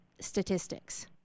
statistics